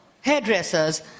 hairdressers